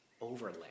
overlay